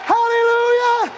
Hallelujah